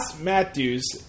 Matthews